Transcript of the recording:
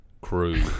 crew